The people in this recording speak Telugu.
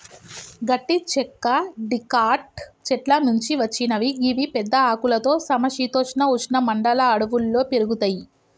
గట్టి చెక్క డికాట్ చెట్ల నుంచి వచ్చినవి గివి పెద్ద ఆకులతో సమ శీతోష్ణ ఉష్ణ మండల అడవుల్లో పెరుగుతయి